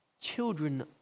children